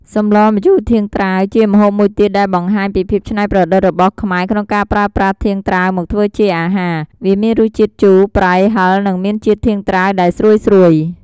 សម្លម្ជូរធាងត្រាវ ជាម្ហូបមួយទៀតដែលបង្ហាញពីភាពច្នៃប្រឌិតរបស់ខ្មែរក្នុងការប្រើប្រាស់ធាងត្រាវមកធ្វើជាអាហារ។ វាមានរសជាតិជូរប្រៃហឹរ និងមានជាតិធាងត្រាវដែលស្រួយៗ។